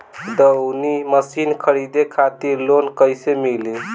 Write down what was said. दऊनी मशीन खरीदे खातिर लोन कइसे मिली?